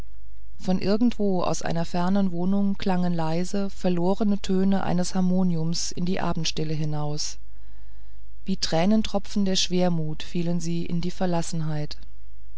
von irgendwo aus einer fernen wohnung klangen leise verlorene töne eines harmoniums in die abendstille hinaus wie tränentropfen der schwermut fielen sie in die